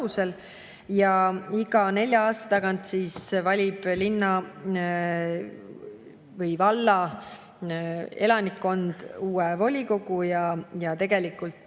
ja iga nelja aasta tagant valib linna või valla elanikkond uue volikogu ja tegelikult